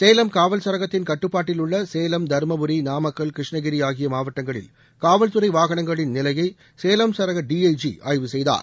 சேலம் காவல் சரகத்தின் கட்டுப்பாட்டில் உள்ள சேலம் தருமபுரி நாமக்கல் கிருஷ்ணகிரி ஆகிய மாவட்டங்களில் காவல்துறை வாகனங்களின் நிலையை சேலம் சரக டிஐஜி ஆய்வு செய்தார்